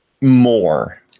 more